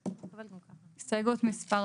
תודה, ההסתייגות לא התקבלה.